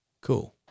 Cool